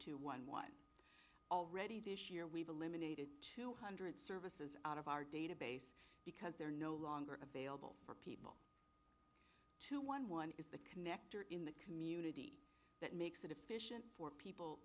two one one already this year we've eliminated two hundred services out of our database because they're no longer available for people to one one is the connector in the community that makes it efficient for people